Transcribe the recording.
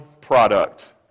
product